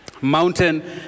Mountain